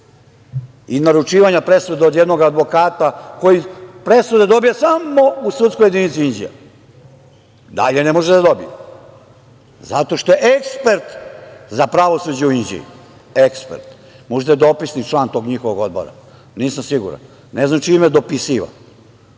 i naručivanja presude od jednog advokata koji presude dobija samo u sudskoj jedinici Inđija? Dalje ne može da dobije zato što je ekspert za pravosuđe u Inđiji. Ekspert. Možda je dopisni član tog njihovog odbora, nisam siguran. Ne znam sa čime je dopisivao.